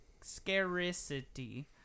scarcity